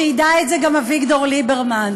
שידע את זה גם אביגדור ליברמן: